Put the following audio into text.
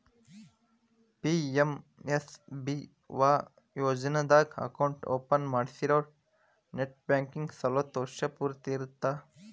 PMSBY ಯೋಜನಾದಾಗ account open ಮಾಡ್ಸಿರೋರು net banking ಸವಲತ್ತು ವರ್ಷ್ ಪೂರ್ತಿ ಇರತ್ತ